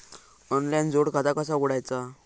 Online जोड खाता कसा उघडायचा?